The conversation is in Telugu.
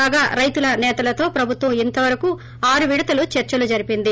కాగా రైతు సేతలతో ప్రభుత్వం ఇంతవరకూ ఆరు విడతలు చర్చలు జరిపింది